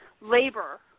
labor